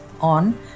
on